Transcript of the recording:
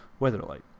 weatherlight